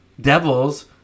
devils